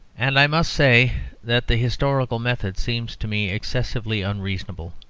and i must say that the historical method seems to me excessively unreasonable.